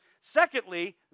Secondly